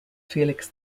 felix